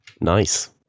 Nice